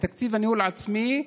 מתקציב הניהול העצמי,